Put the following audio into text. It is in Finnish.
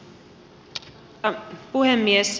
arvoisa puhemies